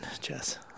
Jess